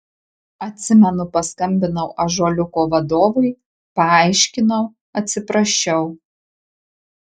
atsimenu paskambinau ąžuoliuko vadovui paaiškinau atsiprašiau